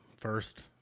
first